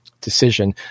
decision